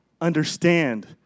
understand